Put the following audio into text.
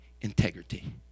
integrity